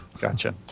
Gotcha